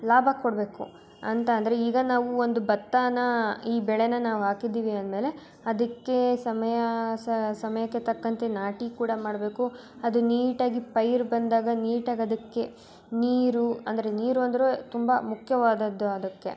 ಲಾಭ ಕೊಡಬೇಕು ಅಂತ ಅಂದರೆ ಈಗ ನಾವು ಒಂದು ಭತ್ತಾನ ಈ ಬೆಳೆನ ನಾವು ಹಾಕಿದ್ದೀವಿ ಅಂದ ಮೇಲೆ ಅದಕ್ಕೆ ಸಮಯ ಸ ಸಮಯಕ್ಕೆ ತಕ್ಕಂತೆ ನಾಟಿ ಕೂಡ ಮಾಡಬೇಕು ಅದು ನೀಟಾಗಿ ಪೈರು ಬಂದಾಗ ನೀಟಾಗಿ ಅದಕ್ಕೆ ನೀರು ಅಂದರೆ ನೀರು ಅಂದರೆ ತುಂಬ ಮುಖ್ಯವಾದದ್ದು ಅದಕ್ಕೆ